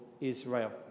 Israel